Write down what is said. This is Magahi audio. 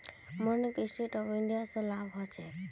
मोहनक स्टैंड अप इंडिया स लाभ ह छेक